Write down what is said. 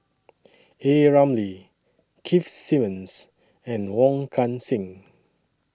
A Ramli Keith Simmons and Wong Kan Seng